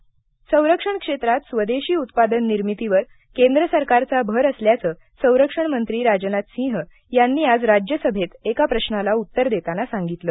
राजनाथ राज्यसभा संरक्षण क्षेत्रात स्वदेशी उत्पादन निर्मितीवर केंद्र सरकारचा भर असल्याचं संरक्षण मंत्री राजनाथ सिंह यांनी आज राज्यसभेत एका प्रशाला उत्तर देताना सांगितलं